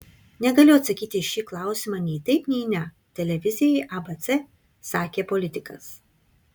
negaliu atsakyti į šį klausimą nei taip nei ne televizijai abc sakė politikas